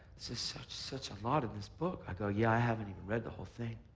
this is such such a lot in this book. i go, yeah, i haven't even read the whole thing.